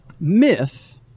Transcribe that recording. myth